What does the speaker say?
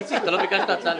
איציק, אתה לא ביקשת הצעה לסדר?